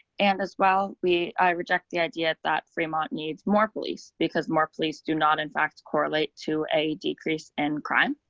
and as well, we reject the idea that fremont needs more police because more police do not in fact correlate to a decrease in crime.